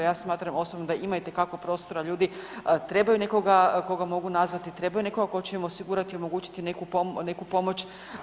Ja smatram osobno da ima itekako prostora ljudi trebaju nekoga koga mogu nazvati, trebaju nekoga tko će im osigurati, omogućiti neku pomoć.